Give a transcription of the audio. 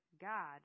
God